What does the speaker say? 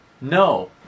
No